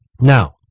Now